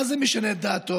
מה זה משנה את דעתו?